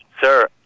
Sir